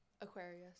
Aquarius